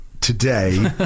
today